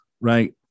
right